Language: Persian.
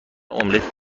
املت